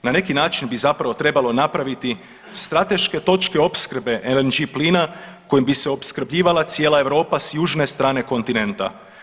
Na neki način bi zapravo trebalo napraviti strateške točke opskrbe LNG plina kojim bi se opskrbljivala cijela Europa s južne strane kontinenta.